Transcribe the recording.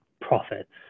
profits